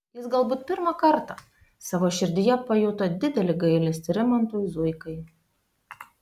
jis galbūt pirmą kartą savo širdyje pajuto didelį gailestį rimantui zuikai